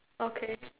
okay